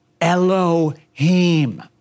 Elohim